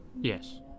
Yes